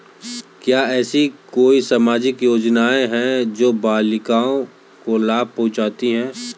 क्या ऐसी कोई सामाजिक योजनाएँ हैं जो बालिकाओं को लाभ पहुँचाती हैं?